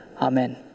Amen